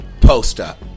post-up